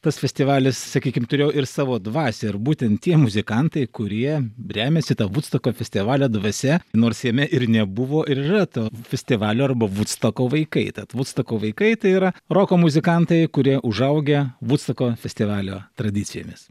tas festivalis sakykim turėjo ir savo dvasią ir būtent tie muzikantai kurie remiasi ta vudstoko festivalio dvasia nors jame ir nebuvo ir yra to festivalio arba vudstoko vaikai tad vudstoko vaikai tai yra roko muzikantai kurie užaugę vudstoko festivalio tradicijomis